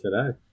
today